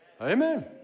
Amen